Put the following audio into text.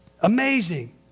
Amazing